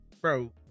bro